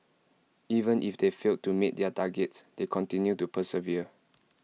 even if they failed to meet their targets they continue to persevere